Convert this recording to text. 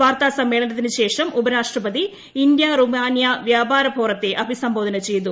വാർത്താ സമ്മേളനത്തിന് ശേഷം ഉപരാഷ്ട്രപതി ഇന്ത്യ റുമാനിയ വ്യാപാര ഫോറത്തെ അഭിസംബോധന ചെയ്തു